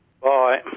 Bye